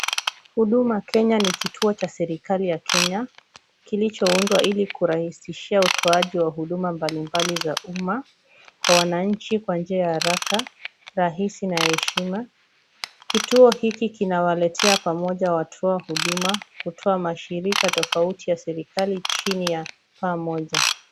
Huduma Kenya ni kituo cha serikali ya Kenya, kilichoundwa ili kurahisisha utoaji wa huduma mbalimbali za umma kwa wananchi kwa njia ya haraka, rahisi na ya heshima. Kituo hiki kinawaletea pamoja watoa huduma, kutoa mashirika mengi ya serikali chini ya paa moja.